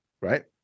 right